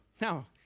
Now